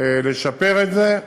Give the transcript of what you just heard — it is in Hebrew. לשפר את זה.